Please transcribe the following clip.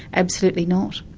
absolutely not.